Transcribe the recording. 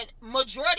majority